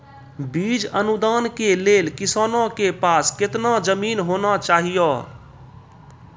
बीज अनुदान के लेल किसानों के पास केतना जमीन होना चहियों?